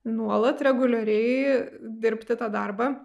nuolat reguliariai dirbti tą darbą